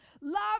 love